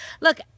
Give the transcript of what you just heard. Look